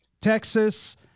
Texas